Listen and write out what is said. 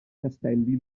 castelli